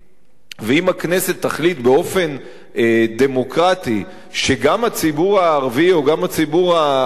ואם הכנסת תחליט באופן דמוקרטי שגם הציבור הערבי או גם הציבור החרדי,